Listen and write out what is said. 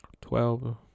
twelve